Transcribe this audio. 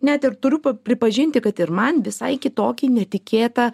net ir turiu pripažinti kad ir man visai kitokį netikėtą